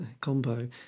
combo